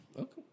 Okay